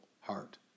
heart